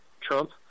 Trump